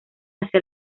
hacia